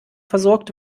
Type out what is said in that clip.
versorgt